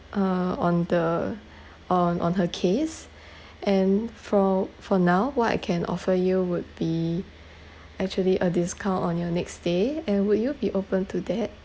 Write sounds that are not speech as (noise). uh on the on on her case (breath) and for for now what I can offer you would be actually a discount on your next stay and would you be open to that